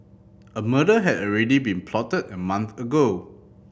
a murder had already been plotted a month ago